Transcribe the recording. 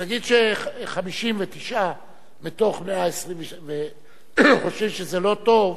נגיד ש-59 מתוך 120 חושבים שזה לא טוב,